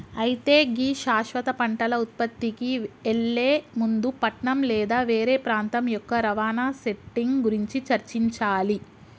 అయితే గీ శాశ్వత పంటల ఉత్పత్తికి ఎళ్లే ముందు పట్నం లేదా వేరే ప్రాంతం యొక్క రవాణా సెట్టింగ్ గురించి చర్చించాలి